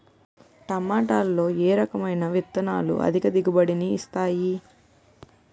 టమాటాలో ఏ రకమైన విత్తనాలు అధిక దిగుబడిని ఇస్తాయి